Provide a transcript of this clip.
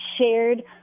shared